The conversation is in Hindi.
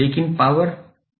लेकिन पॉवर 𝑝𝑣𝑖